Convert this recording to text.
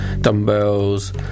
dumbbells